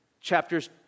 chapters